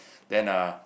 then uh